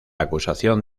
acusación